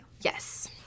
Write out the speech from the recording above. yes